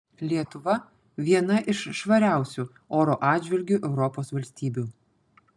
lietuva viena iš švariausių oro atžvilgiu europos valstybių